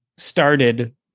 started